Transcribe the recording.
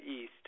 East